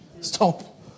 Stop